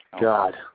God